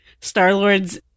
Star-Lord's